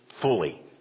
fully